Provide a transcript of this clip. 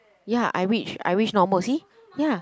ya I reach I reach normal see ya